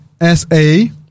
S-A